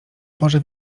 porze